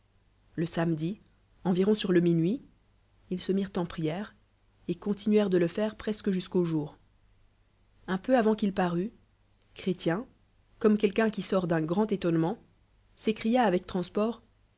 le samedi environ sur le minuit ils se mirenten prières et continuèrelit de le faire presque jusqu'au jour un peu avant qu'il parût chrétien camtnequelqu'un qui sort d'un grand étonnement s'écria avec transport